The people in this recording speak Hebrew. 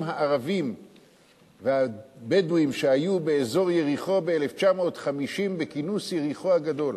הערבים והבדואים שהיו באזור יריחו ב-1950 בכינוס יריחו הגדול.